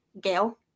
Gail